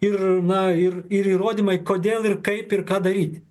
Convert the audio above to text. ir na ir ir įrodymai kodėl ir kaip ir ką daryt